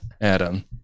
Adam